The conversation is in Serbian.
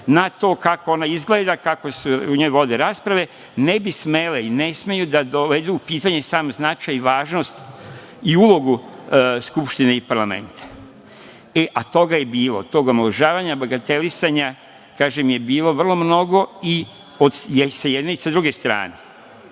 na to kako ona izgleda, kakve se ovde vode rasprave, ne bi smele i ne smeju da dovedu u pitanje sam značaj i važnost i ulogu Skupštine i parlamenta. Toga je bilo, tog omalovažavanja, bagatelisanja, kažem, vrlo mnogo i sa jedne i sa druge stane.